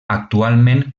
actualment